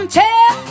tell